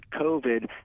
COVID